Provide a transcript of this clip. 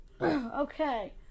Okay